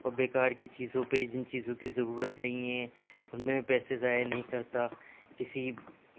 اور بے کار کی چیزوں پہ جن چیزوں کی ضرورت نہیں ہے ان میں پیسے ضائع نہیں کرتا کسی